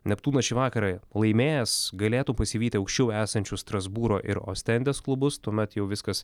neptūnas šį vakarą laimėjęs galėtų pasivyti aukščiau esančius strasbūro ir ostendės klubus tuomet jau viskas